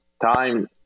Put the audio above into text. time